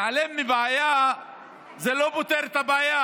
להתעלם מבעיה זה לא פותר את הבעיה.